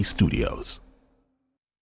Studios